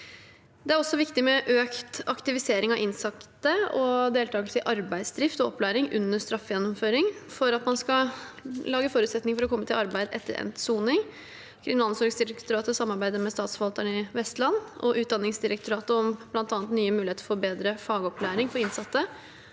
Det er også viktig med økt aktivisering av innsatte og deltakelse i arbeidsdrift og opplæring under straffegjennomføringen for at man skal lage forutsetninger for å komme i arbeid etter endt soning. Kriminalomsorgsdirektoratet samarbeider med statsforvalteren i Vestland og Utdanningsdirektoratet om bl.a. nye muligheter for bedret fagopplæring for innsatte